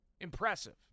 Impressive